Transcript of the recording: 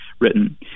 written